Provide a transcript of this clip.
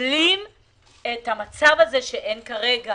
מנצלים את המצב שאין כרגע